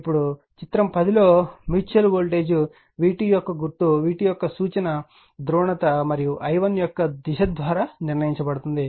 ఇప్పుడు చిత్రం 10 లో మ్యూచువల్ వోల్టేజ్ v2 యొక్క గుర్తు v2 యొక్క సూచన ధ్రువణత మరియు i1 యొక్క దిశ ద్వారా నిర్ణయించబడుతుంది